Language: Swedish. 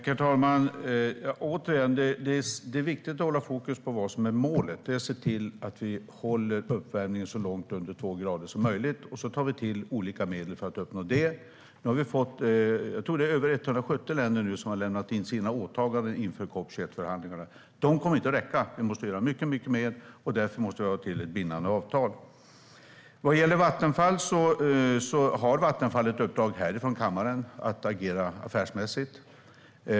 Herr talman! Det är viktigt att ha fokus på vad som är målet. Målet är att vi ska hålla uppvärmningen så långt under två grader som möjligt, och sedan tar vi till olika medel för att uppnå det. Nu har fler än 170 länder lämnat in sina åtaganden inför COP 21-förhandlingarna. Det kommer inte att räcka. Vi måste göra mycket mer. Därför måste vi få bindande avtal. Vad gäller Vattenfall har de uppdrag från kammaren att agera affärsmässigt.